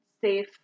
safe